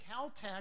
Caltech